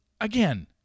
again